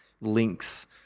links